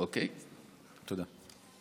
תודה.